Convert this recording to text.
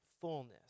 fullness